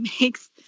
makes